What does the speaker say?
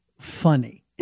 funny